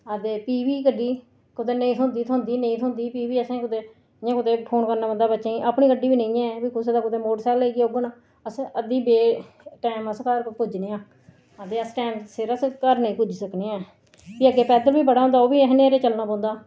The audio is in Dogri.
हां ते फ्ही बी गड्डी कुतै नेईं थ्होंदी थ्होंदी नेईं थ्होंदी फ्ही बी असें इ'यां कुतै फोन करना पौंदा बच्चें गी अपनी गड्डी बी नेईं ऐ ते कुसै दा कुतै मोटरसैकल लेई औंङन अस बे टैम घर अस पुज्जने आं ते अस सवेला सिर घर निं पुज्जी सकने आं फ्ही अग्गें पैदल बी बड़ा होंदा ओह् बी असें न्हेरे चलना पौंदा